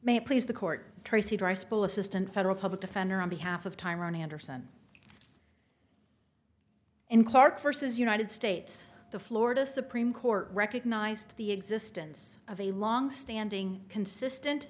may please the court tracey rice bowl assistant federal public defender on behalf of tyrone anderson in clark first as united states the florida supreme court recognized the existence of a longstanding consistent